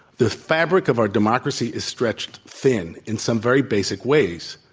the fabric of our democracy is stretched thin in some very basic ways.